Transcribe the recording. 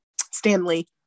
Stanley